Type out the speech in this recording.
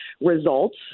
results